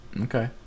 Okay